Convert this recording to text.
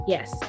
Yes